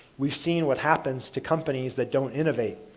we've seen what happens to companies that don't innovate.